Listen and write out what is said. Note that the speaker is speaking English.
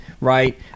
right